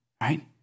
right